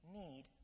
need